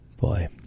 Boy